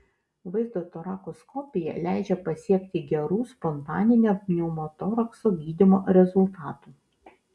vaizdo torakoskopija leidžia pasiekti gerų spontaninio pneumotorakso gydymo rezultatų